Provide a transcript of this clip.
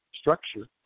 structure